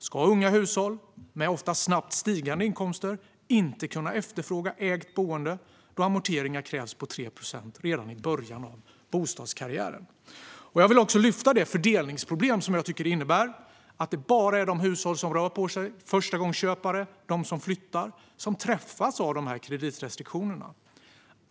Ska unga hushåll, med ofta snabbt stigande inkomster, inte kunna efterfråga ägt boende då amorteringar krävs på 3 procent redan i början av bostadskarriären? Jag vill även lyfta fram det fördelningsproblem som jag tycker att det innebär att det bara är de hushåll som rör på sig - förstagångsköpare och de som flyttar - som träffas av dessa kreditrestriktioner.